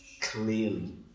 clearly